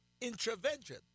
intervention